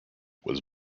was